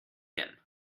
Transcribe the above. him